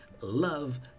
love